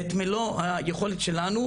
את מלוא היכולת שלנו,